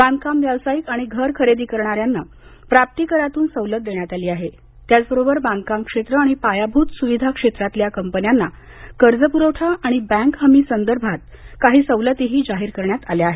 बांधकाम व्यावसायिक आणि घर खरेदी करणाऱ्यांना प्राप्ती करातून सवलत देण्यात आली आहे त्याचबरोबर बांधकाम क्षेत्र आणि पायाभूत सुविधा क्षेत्रातल्या कंपन्यांना कर्ज पुरवठा आणि बँक हमी संदर्भात काही सवलती देण्यात आल्या आहेत